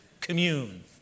Commune